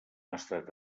estat